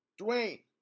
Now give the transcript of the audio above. Dwayne